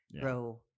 grow